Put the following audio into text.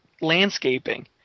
landscaping